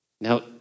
Now